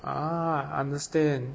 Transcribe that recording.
ah understand